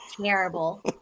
terrible